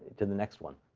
to the next one,